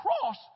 cross